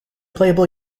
playable